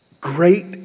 great